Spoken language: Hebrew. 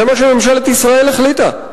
זה מה שממשלת ישראל החליטה,